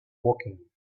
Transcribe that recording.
woking